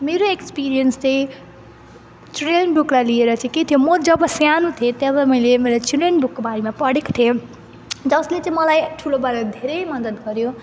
मेरो एक्सपिरियन्स चाहिँ चिल्ड्रेन बुकलाई लिएर चाहिँ के थियौँ जब सानो थिएँ तब मैले मलाई चिल्ड्रेन बुकको बारेमा पढेको थिएँ जसले चाहिँ मलाई ठुलो भएर धेरै मदत गऱ्यो